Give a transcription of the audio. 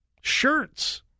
shirts